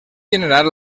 generar